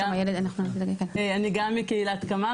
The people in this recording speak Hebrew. אני גם מקהילת קמא,